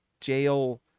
jail